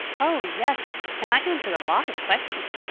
oh, yes and i answered a lot of questions.